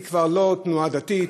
היא כבר לא תנועה דתית,